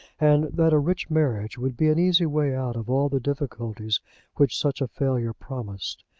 and that a rich marriage would be an easy way out of all the difficulties which such a failure promised.